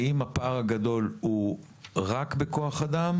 האם הפער הגדול הוא רק בכוח אדם?